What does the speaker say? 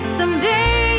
Someday